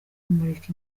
kumurika